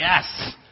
yes